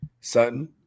Sutton